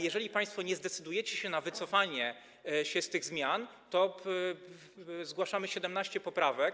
Jeżeli państwo nie zdecydujecie się na wycofanie się z tych zmian, zgłaszamy 17 poprawek.